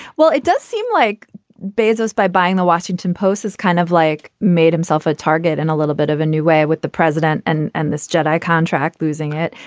well, it does seem like bezos, by buying the washington post is kind of like made himself a target and a little bit of a new way with the president and and this jedi contract losing it.